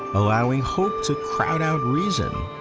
allowing hope to crowd out reason.